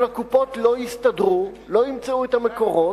אבל הקופות לא יסתדרו, לא ימצאו את המקורות,